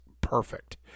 perfect